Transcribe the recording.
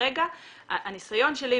הניסיון שלי,